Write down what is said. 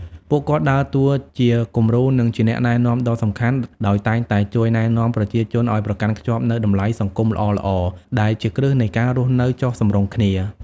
ពួកគាត់ដើរតួជាគំរូ និងជាអ្នកណែនាំដ៏សំខាន់ ដោយតែងតែជួយណែនាំប្រជាជនឲ្យប្រកាន់ខ្ជាប់នូវតម្លៃសង្គមល្អៗ ដែលជាគ្រឹះនៃការរស់នៅចុះសម្រុងគ្នា។